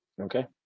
Okay